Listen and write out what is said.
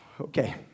okay